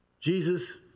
Jesus